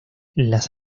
las